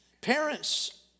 Parents